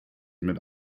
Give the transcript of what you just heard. mit